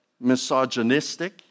misogynistic